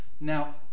Now